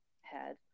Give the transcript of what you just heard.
head